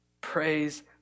Praise